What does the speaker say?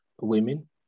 women